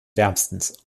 wärmstens